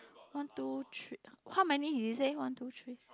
one two three how many did he say one two three